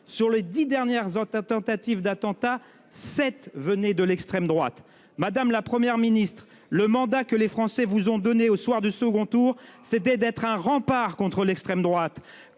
sept des dix dernières tentatives d'attentats venaient de l'extrême droite. Madame la Première ministre, le mandat que les Français vous ont donné au soir du second tour de l'élection présidentielle, c'était d'être un rempart contre l'extrême droite.